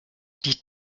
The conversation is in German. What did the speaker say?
die